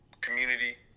community